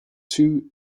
two